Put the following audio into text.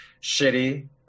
shitty